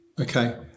Okay